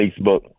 Facebook